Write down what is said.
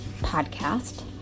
podcast